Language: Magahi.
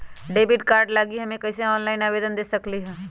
डेबिट कार्ड लागी हम कईसे ऑनलाइन आवेदन दे सकलि ह?